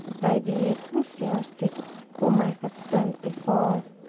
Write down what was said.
by the ecclesiastic whom i had sent before,